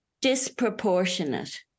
disproportionate